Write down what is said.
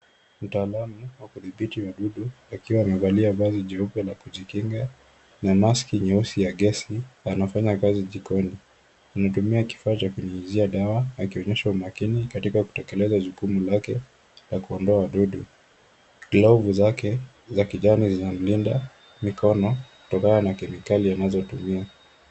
Mtaalamu wa kudhibiti wadudu, akiwa amevalia vazi jeupe la kujikinga, na maski nyeusi ya gesi, anafanya kazi jikoni. Anatumia kifaa cha kunyunyizia dawa, akionyesha umakini katika kutekeleza jukumu lake la kuondoa wadudu. Glovu zake za kijani zinamlinda mikono kutokana na kemikali anazotumia.